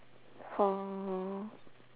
four